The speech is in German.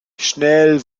schnell